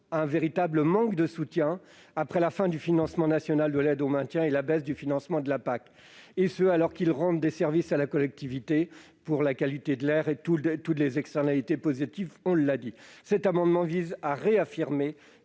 un véritable manque de soutien après la fin du financement national de l'aide au maintien et la baisse du financement de la PAC, et ce alors qu'ils rendent des services à la collectivité pour la qualité de l'air et contribuent à toutes les externalités positives. Le présent amendement vise à réaffirmer